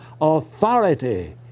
authority